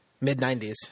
Mid-90s